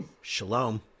Shalom